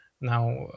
Now